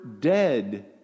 dead